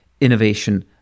innovation